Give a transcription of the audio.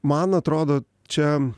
man atrodo čia